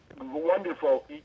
Wonderful